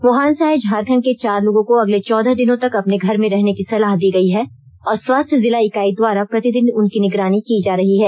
Wuhan से आए झारखंड के चार लोगों को अगले चौदह दिनों तक अपने घर में रहने की सलाह दी गई है और स्वाास्थ्य जिला इकाई द्वारा प्रतिदिन उनकी निगरानी की जा रही है